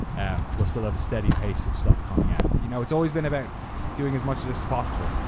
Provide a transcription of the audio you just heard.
and we'll still have a steady pace of stuff coming out. you know, it's always been about doing as much as possible.